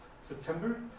September